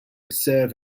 serve